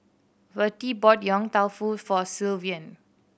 Vertie bought Yong Tau Foo for Sylvan